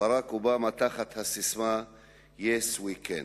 ברק אובמה תחת הססמה Yes, we can.